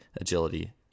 agility